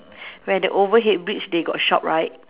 where the overhead bridge they got shop right